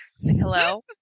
hello